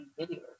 videos